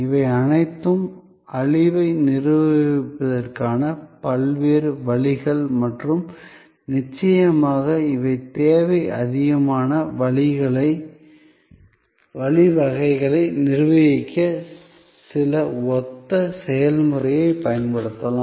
இவை அனைத்தும் அழிவை நிர்வகிப்பதற்கான பல்வேறு வழிகள் மற்றும் நிச்சயமாக இவை தேவைக்கு அதிகமான வழிவகைகளை நிர்வகிக்க சில ஒத்த செயல்முறைகளைப் பயன்படுத்தலாம்